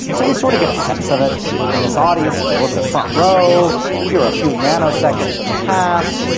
and so we sort of get a sense of it in this audience, if i look at the front row you are a few nanoseconds in the past,